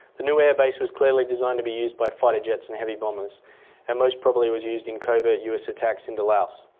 the new airbase was clearly designed to be used by fighter jets and heavy bombers and most probably was used in covert us attacks into laos.